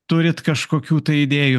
turit kažkokių tai idėjų